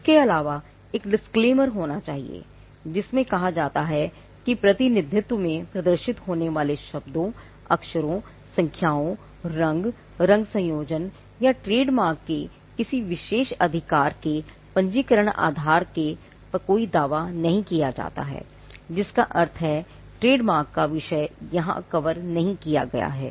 इसके अलावा एक डिस्क्लेमर होना चाहिए जिसमें कहा जाता है कि प्रतिनिधित्व में प्रदर्शित होने वाले शब्दों अक्षरों संख्याओं रंग रंग संयोजन या ट्रेडमार्क के किसी विशेष अधिकार के पंजीकरण अधिकार के आधार पर कोई दावा नहीं किया जाता है जिसका अर्थ है ट्रेडमार्क का विषय यहां कवर नहीं किया गया है